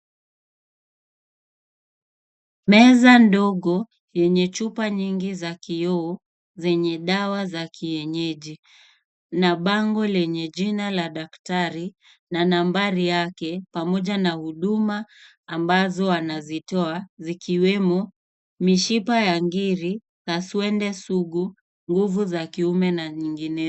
Meza ndogo yenye chupa nyingi za kioo zenye dawa za kienyeji na bango lenye jina ya daktari na nambari yake pamoja na huduma ambazo anazitoa zikiwemo mishipa ya ngiri, kaswende sugu, nguvu za kiume na nyinginezo.